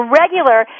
regular